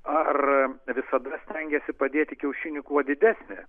ar visada stengiasi padėti kiaušinį kuo didesnė